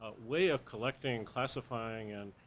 way of collecting, classifying, and,